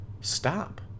stop